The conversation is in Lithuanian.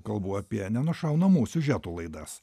kalbu apie nenušaunamų siužetų laidas